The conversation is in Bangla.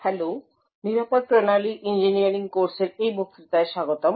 হ্যালো এবং সিকিওর সিস্টেম ইঞ্জিনিয়ারিং কোর্সের এই বক্তৃতায় স্বাগতম